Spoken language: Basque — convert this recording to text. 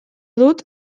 dut